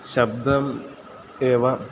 शब्दः एव